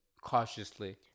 cautiously